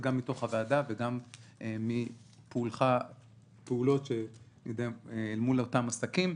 גם מתוך הוועדה וגם מפעולות מול אותם עסקים.